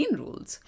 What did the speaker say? rules